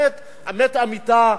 האמת לאמיתה,